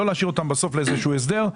לא להשאיר אותם בסוף לאיזה שהוא הסדר,